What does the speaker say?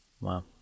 Wow